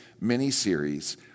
mini-series